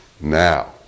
now